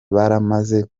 baramaze